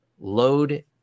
load